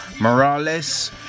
Morales